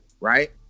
right